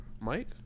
mike